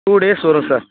two days வரும் sir